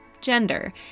gender